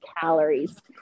calories